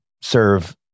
serve